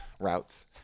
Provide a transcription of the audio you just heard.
routes